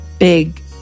big